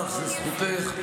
אני אומר, זו זכותך,